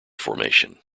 formation